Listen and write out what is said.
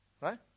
Right